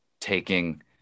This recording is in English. taking